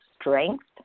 strength